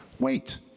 Wait